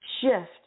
shift